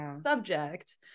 subject